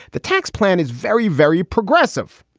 the tax plan is very, very progressive.